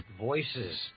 voices